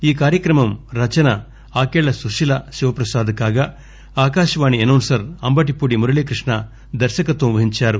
ఈ కార్యక్రమం రచన ఆకెళ్ళ సుశీలా శివ ప్రసాద్ కాగా ఆకాశవాణి అనౌన్సర్ అంబడిపూడి మురళీ కృష్ణ దర్శకత్వం వహించారు